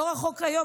לא רחוק היום,